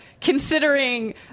considering